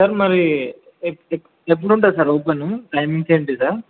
sir మరీ ఎప్పుడు ఉంటుంది సార్ ఓపెను టైమింగ్స్ ఏంటి సార్